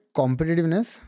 competitiveness